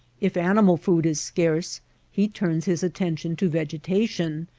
if animal food is scarce he turns his attention to vegetation,